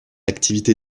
activité